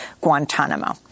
Guantanamo